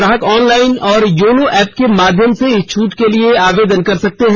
ग्राहक ऑनलाइन या YONO app के माध्यम से इस छूट के लिए आवेदन कर सकते हैं